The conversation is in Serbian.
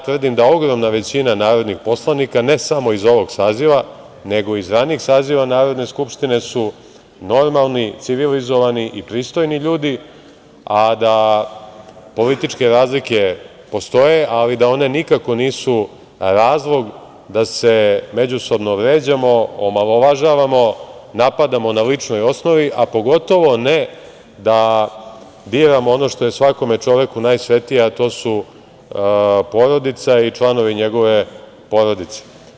Tvrdim da ogromna većina narodnih poslanika, ne samo iz ovog saziva, nego i iz ranijih saziva Narodne skupštine, su normalni, civilizovani i pristojni ljudi, a da političke razlike postoje, ali da one nikako nisu razlog da se međusobno vređamo, omalovažavamo, napadamo na ličnoj osnovi, a pogotovo ne da diramo ono što je svakom čoveku najsvetije, a to su porodica i članovi njegove porodice.